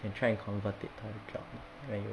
you can try to convert it to a job when you